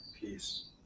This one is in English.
peace